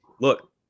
Look